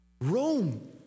Rome